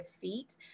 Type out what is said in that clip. feet